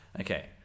Okay